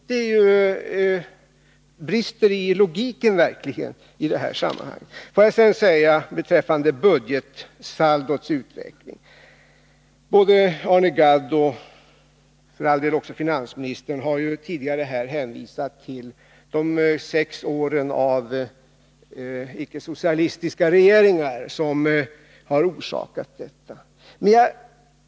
Det brister verkligen i logiken i det här sammanhanget. Låt mig också beröra vad som sagts här beträffande budgetsaldots utveckling. Både Arne Gadd och för all del också finansministern har hänvisat till att de sex åren med icke-socialistiska regeringar har orsakat den negativa utvecklingen.